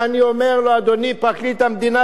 ואני אומר לו: אדוני פרקליט המדינה,